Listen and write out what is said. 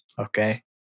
okay